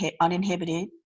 uninhibited